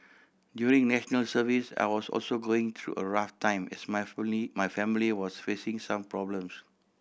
during National Service I was also going through a rough time as my my family was facing some problems